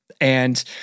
and-